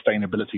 sustainability